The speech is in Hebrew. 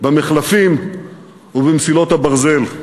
במחלפים ובמסילות הברזל.